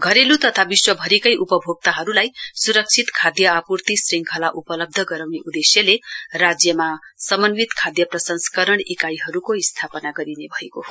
घरेल् तथा विश्वरिकै उपभोक्ताहरूलाई सुरक्षित खाद्य आपूर्ति श्रङ्खला उपलब्ध गराउने उद्देश्यले राज्यमा समन्वित खाद्य प्रसंस्करण इकाइहरूको स्थापना गरिने भएको हो